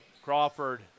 Crawford